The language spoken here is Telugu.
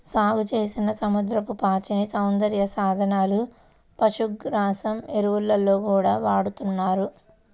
సాగుచేసిన సముద్రపు పాచిని సౌందర్య సాధనాలు, పశుగ్రాసం, ఎరువుల్లో గూడా వాడతన్నారు